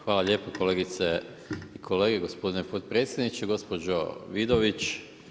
Hvala lijepo kolegice i kolege, gospodine potpredsjedniče, gospođo Vidović.